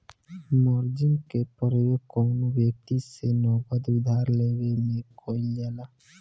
margin के प्रयोग कौनो व्यक्ति से नगद उधार लेवे में कईल जाला